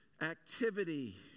activity